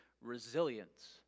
resilience